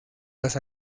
las